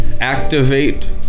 activate